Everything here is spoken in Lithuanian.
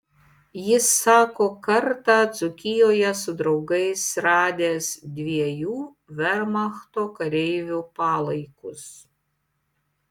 jis sako kartą dzūkijoje su draugais radęs dviejų vermachto kareivių palaikus